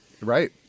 right